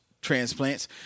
transplants